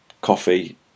coffee